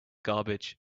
garbage